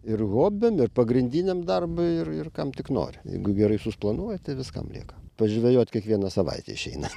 ir hobiam ir pagrindiniam darbui ir ir kam tik nori jeigu gerai susiplanuoji tai viskam lieka pažvejot kiekvieną savaitę išeina